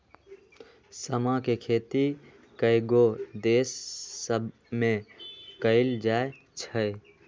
समा के खेती कयगो देश सभमें कएल जाइ छइ